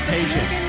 Patient